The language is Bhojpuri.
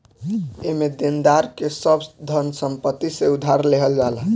एमे देनदार के सब धन संपत्ति से उधार लेहल जाला